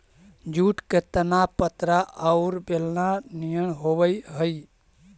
jute के तना पतरा औउर बेलना निअन होवऽ हई